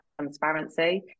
transparency